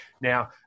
Now